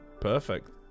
Perfect